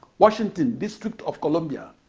washington, district of columbia.